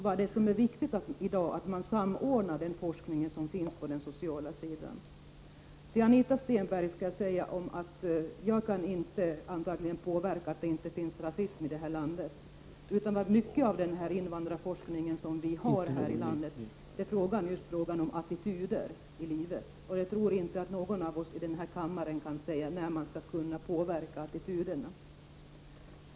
Vad som är viktigt i dag är att man samordnar den forskning som finns på den sociala sidan. Till Anita Stenberg vill jag säga att jag antagligen inte kan påverka så, att det inte kommer att finnas rasism i det här landet. Mycket av den invandrarforskning som vi har här i landet gäller just frågan om attityder i livet. Jag tror inte att någon av oss i denna kammare kan säga när man skall kunna påverka attityderna.